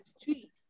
street